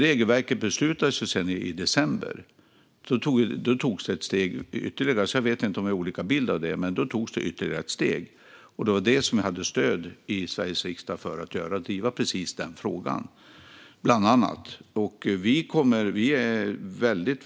Regelverket beslutades i december, och då togs det ytterligare ett steg. Vi har kanske olika bild, men jag hade stöd i Sveriges riksdag för att driva bland annat denna fråga.